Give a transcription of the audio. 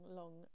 long